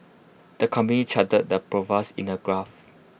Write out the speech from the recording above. the company charted their pro fast in A graph